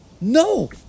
No